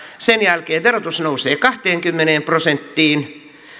sen jälkeen verotus nousee kahteenkymmeneen prosenttiin